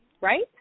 right